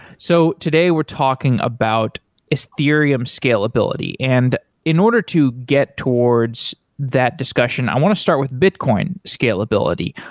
so today we're talking about ethereum scalability, and in order to get towards that discussion, i want to start with bitcoin scalability.